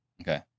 Okay